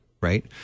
right